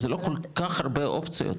זה לא כל כך הרבה אופציות,